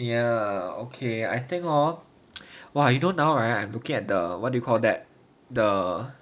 ya okay I think hor !wah! you don't know ah I am looking at the what do you call that the